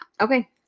Okay